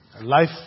Life